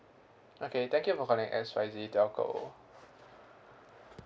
okay thank you for calling X Y Z telco